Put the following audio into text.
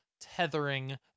tethering